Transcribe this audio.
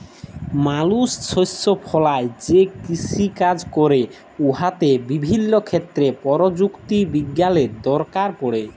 মালুস শস্য ফলাঁয় যে কিষিকাজ ক্যরে উয়াতে বিভিল্য ক্ষেত্রে পরযুক্তি বিজ্ঞালের দরকার পড়ে